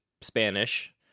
Spanish